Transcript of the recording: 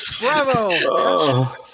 Bravo